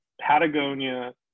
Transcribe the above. Patagonia